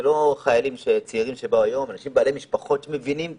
שמבינים את